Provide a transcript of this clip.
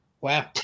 wow